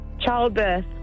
Childbirth